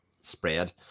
spread